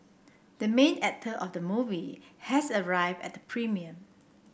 the main actor of the movie has arrived at the premiere